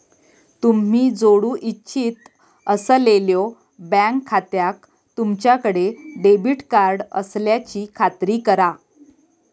तुम्ही जोडू इच्छित असलेल्यो बँक खात्याक तुमच्याकडे डेबिट कार्ड असल्याची खात्री करा